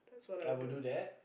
I would do that